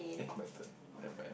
eh my turn nevermind ah you read